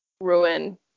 ruin